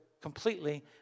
completely